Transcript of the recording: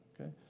okay